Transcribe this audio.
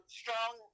strong